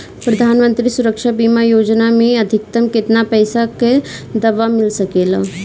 प्रधानमंत्री सुरक्षा बीमा योजना मे अधिक्तम केतना पइसा के दवा मिल सके ला?